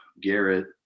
Garrett